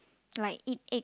like eat egg